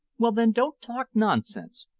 well, then, don't talk nonsense,